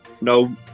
no